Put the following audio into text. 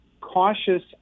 cautious